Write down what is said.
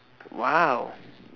!wow!